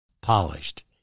polished